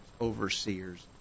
overseers